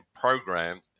programmed